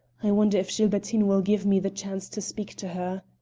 i wonder if gilbertine will give me the chance to speak to her.